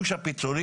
היו שם פיצולים,